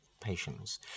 patients